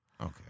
Okay